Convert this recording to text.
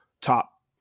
top